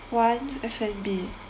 one F&B